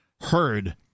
heard